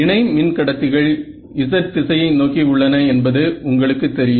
இணை மின் கடத்திகள் Z திசையை நோக்கி உள்ளன என்பது உங்களுக்கு தெரியும்